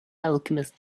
alchemist